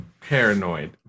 paranoid